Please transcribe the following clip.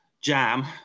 jam